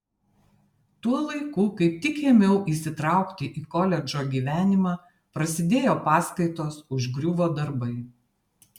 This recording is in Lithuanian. tuo laiku kaip tik ėmiau įsitraukti į koledžo gyvenimą prasidėjo paskaitos užgriuvo darbai